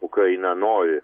ukraina nori